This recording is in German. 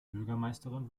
bürgermeisterin